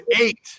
eight